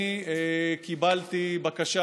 אני קיבלתי בקשה